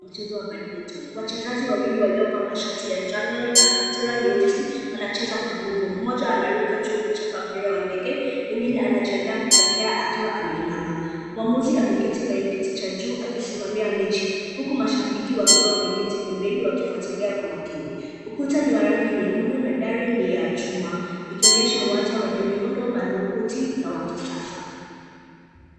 Mchezo wa badminton. Wachezaji waliovaa mashati ya njano na kaptura nyeusi wanacheza kwa nguvu. Mmoja anaruka juu kuchapa mpira wa ndege, mwingine anajiandaa kupokea akiwa ameinama. Mwamuzi ameketi kwenye kiti cha juu akisimamia mechi huku mashabiki wakiwa wameketi pembeni wakifuatilia kwa makini. Ukuta ni wa rangi nyekundu na dari ni ya chuma ikionyesha uwanja wenye miundo madhubuti na wa kisasa.